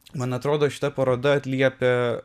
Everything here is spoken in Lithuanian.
man atrodo šita paroda atliepia